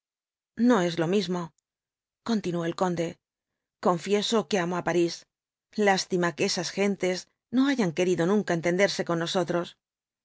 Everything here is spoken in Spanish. no es lo mismo continuó el conde confieso que amo á parís lástima que esas gentes no hayan querido nunca entenderse con nosotros